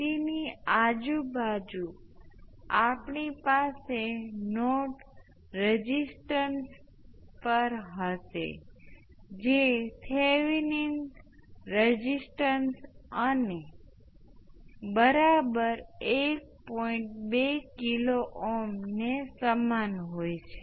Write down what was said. તેથી L 1 મારફતે આપણી પાસે I s × L 2 L 1 L 2 હશે અને L 2 મારફતે આપણી પાસે Is × L 1 L 1 L 2 હશે